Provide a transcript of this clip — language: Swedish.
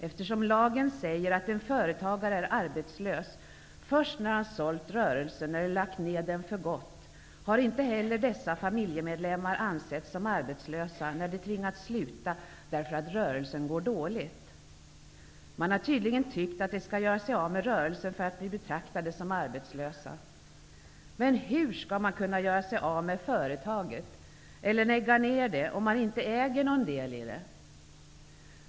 Eftersom lagen säger att en företagare är arbetslös först när han sålt rörelsen eller lagt ned den för gott, har inte heller dessa familjemedlemmar ansetts som arbetslösa när de har tvingats att sluta därför att rörelsen går dåligt. Man har tydligen tyckt att de skall göra sig av med rörelsen för att bli betraktade som arbetslösa. Men hur skall man kunna göra sig av med företaget, eller lägga ned det, om man inte äger någon del i det?